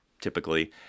typically